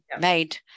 made